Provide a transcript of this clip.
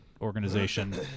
organization